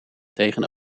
tegen